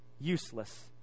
useless